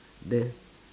the